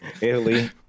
italy